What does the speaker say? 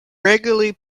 regularly